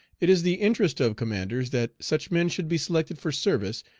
it is the interest of commanders that such men should be selected for service,